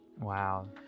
wow